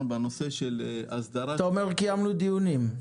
בנושא הסדרת --- אתה אומר "קיימנו דיונים",